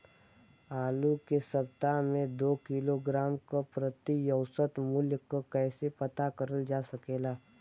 आलू के सप्ताह में दो किलोग्राम क प्रति औसत मूल्य क कैसे पता करल जा सकेला?